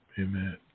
Amen